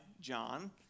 John